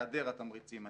היעדר התמריצים האלה.